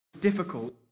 difficult